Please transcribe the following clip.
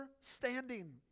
standing